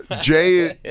Jay